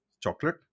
chocolate